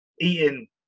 eating